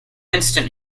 instant